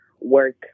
work